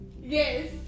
Yes